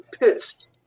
pissed